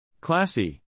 Classy